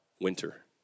winter